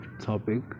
topic